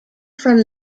from